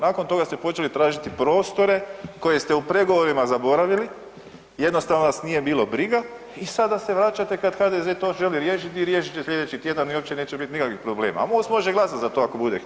Nakon toga ste počeli tražiti prostore koje ste u pregovorima zaboravili, jednostavno vas nije bilo briga i sada se vraćate kada HDZ to želi riješiti i riješit će sljedeći tjedan i uopće neće biti nikakvih problema, a MOST može glasat za to ako bude htio.